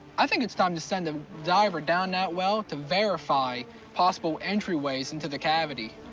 i think it's time to send a diver down that well to verify possible entryways into the cavity.